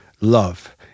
love